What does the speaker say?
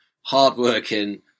hardworking